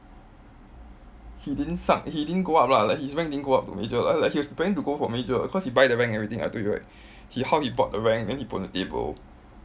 he didn't 上 he didn't go up lah like his rank didn't go up to major like like he was preparing to go for major cause he buy the rank everything I told you right he how he bought the rank then he put on the table